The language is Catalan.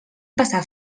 passar